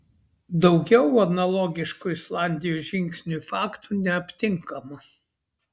daugiau analogiškų islandijos žingsniui faktų neaptinkama